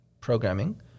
programming